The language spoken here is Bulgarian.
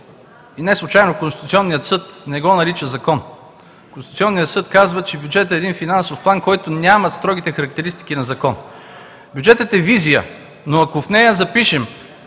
И неслучайно Конституционният съд не го нарича закон. Конституционният съд казва, че бюджетът е един финансов план, който няма строгите характеристики на закон. Бюджетът е визия, но ако в нея запишем,